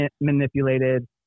manipulated